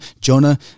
Jonah